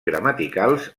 gramaticals